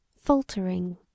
Faltering